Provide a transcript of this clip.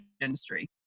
industry